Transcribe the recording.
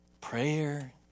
prayer